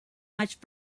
much